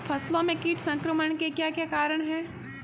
फसलों में कीट संक्रमण के क्या क्या कारण है?